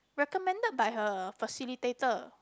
recommended by her facilitator